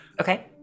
Okay